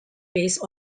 based